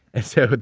and so,